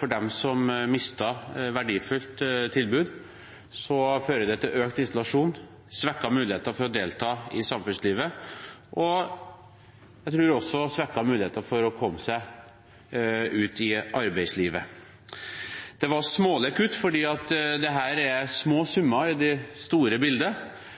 for dem som mistet et verdifullt tilbud, har ført til økt isolasjon, svekket mulighet til å delta i samfunnslivet, og også, tror jeg, svekket mulighet til å komme seg ut i arbeidslivet. Det var smålige kutt, for dette er små summer i det store bildet,